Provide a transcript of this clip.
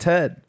Ted